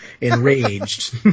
enraged